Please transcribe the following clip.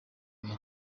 ben